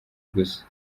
gusa